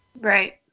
Right